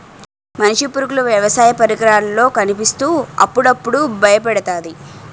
మనిషి పరుగులు వ్యవసాయ పరికరాల్లో కనిపిత్తు అప్పుడప్పుడు బయపెడతాది